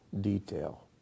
detail